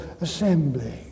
assembly